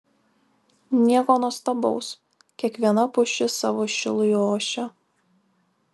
nieko nuostabaus kiekviena pušis savo šilui ošia